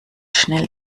schnell